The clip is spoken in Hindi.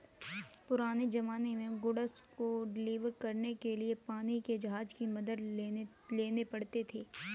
पुराने ज़माने में गुड्स को डिलीवर करने के लिए पानी के जहाज की मदद लेते थे